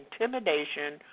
intimidation